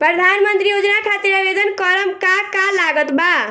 प्रधानमंत्री योजना खातिर आवेदन करम का का लागत बा?